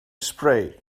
spray